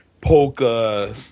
polka